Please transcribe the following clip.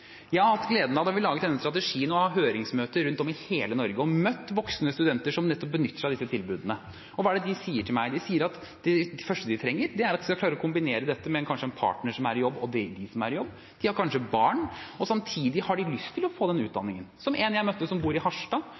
gleden av, da vi laget denne strategien, å ha høringsmøter rundt om i hele Norge og har møtt voksne studenter som nettopp benytter seg av disse tilbudene. Og hva er de sier til meg? De sier at det første de trenger, er at de skal klare å kombinere dette med kanskje en partner som er i jobb, de selv er i jobb, og de har kanskje barn, og samtidig har de lyst til å få den utdanningen. En jeg møtte, bor i Harstad.